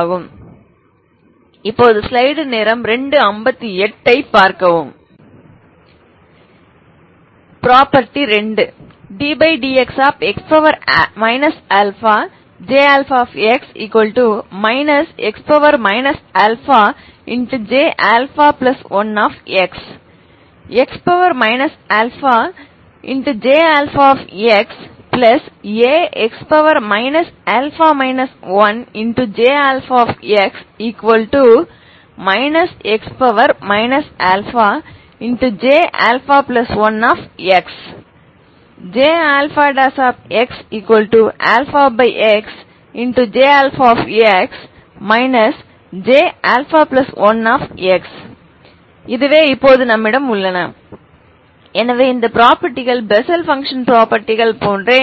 ஆகும் property 2 ddxx αJx x αJα1x x αJxαx α 1Jx x αJα1x JxxJx Jα1x இதுவே நம்மிடம் உள்ளன எனவே இந்த ப்ரொபர்ட்டிகள் பெசல் பங்க்ஷன் ப்ரொபர்ட்டிகள் போன்றே